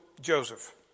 Joseph